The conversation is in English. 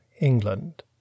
England